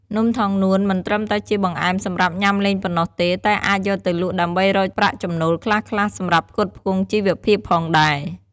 នំថងនួនមិនត្រឹមតែជាបង្អែមសម្រាប់ញ៉ាំលេងប៉ុណ្ណោះទេ តែអាចយកទៅលក់ដើម្បីរកប្រាក់ចំណូលខ្លះៗ សម្រាប់ផ្គត់ផ្គង់ជីវភាពផងដែរ។